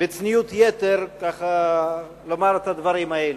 בצניעות יתר, ככה, לומר את הדברים האלה.